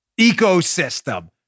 ecosystem